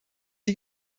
die